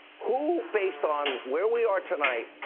who, based on where we are tonight,